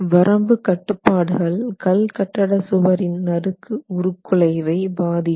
வரம்பு கட்டுப்பாடுகள் கல் கட்டட சுவரின் நறுக்கு உருக் குலைவை பாதிக்கும்